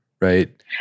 right